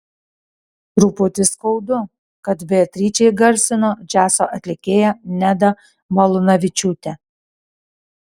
truputį skaudu kad beatričę įgarsino džiazo atlikėja neda malūnavičiūtė